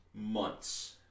months